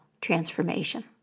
transformation